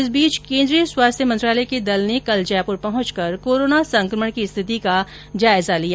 इस बीच केन्द्रीय स्वास्थ्य मंत्रालय के दल ने कल जयपुर पहुंचकर कोरोना संकमण की स्थिति का जायजा लिया